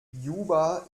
juba